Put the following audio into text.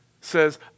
says